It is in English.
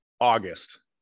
August